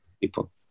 people